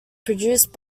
produced